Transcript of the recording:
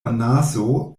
anaso